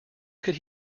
could